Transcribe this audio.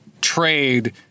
trade